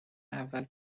اول